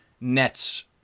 Nets